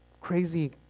crazy